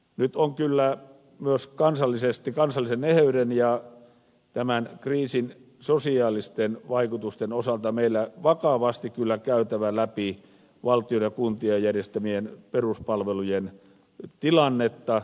nyt on kyllä myös kansallisesti kansallisen eheyden ja tämän kriisin sosiaalisten vaikutusten osalta meillä vakavasti käytävä läpi valtion ja kuntien järjestämien peruspalvelujen tilannetta